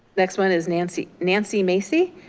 next one is nancy nancy macy,